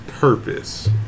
purpose